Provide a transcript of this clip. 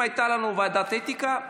אם הייתה לנו ועדת אתיקה,